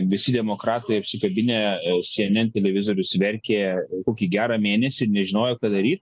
visi demokratai apsikabinę cnn televizorius verkė o kokį gerą mėnesį ir nežinojo ką daryt